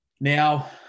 Now